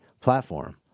platform